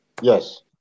Yes